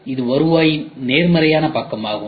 இது வருவாயின் நேர்மறையான பக்கமாகும்